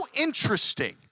interesting